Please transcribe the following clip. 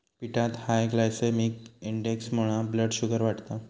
पिठात high glycaemic इंडेक्समुळा blood sugar वाढता